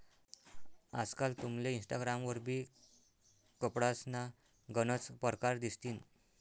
आजकाल तुमले इनस्टाग्राम वरबी कपडासना गनच परकार दिसतीन